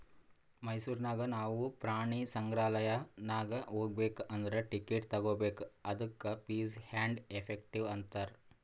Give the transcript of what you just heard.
ಮೈಸೂರ್ ನಾಗ್ ನಾವು ಪ್ರಾಣಿ ಸಂಗ್ರಾಲಯ್ ನಾಗ್ ಹೋಗ್ಬೇಕ್ ಅಂದುರ್ ಟಿಕೆಟ್ ತಗೋಬೇಕ್ ಅದ್ದುಕ ಫೀಸ್ ಆ್ಯಂಡ್ ಎಫೆಕ್ಟಿವ್ ಅಂತಾರ್